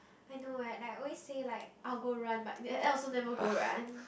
I know right like always say like I'll go run but in the end also never go run